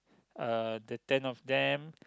uh the ten of them